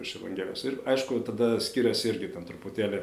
iš evangelijos ir aišku tada skiriasi irgi ten truputėlį